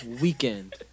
weekend